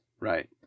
Right